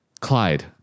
clyde